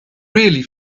really